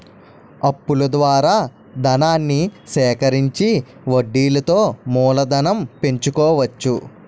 అప్పుల ద్వారా ధనాన్ని సేకరించి వడ్డీలతో మూలధనం పెంచుకోవచ్చు